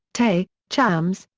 tay, chams,